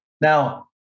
Now